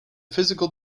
physical